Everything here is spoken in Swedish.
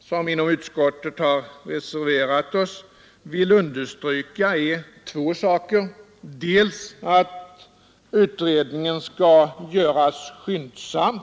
som inom utskottet har reserverat oss, vill understryka är två saker. Den ena är att utredningen skall göras skyndsamt.